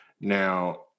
Now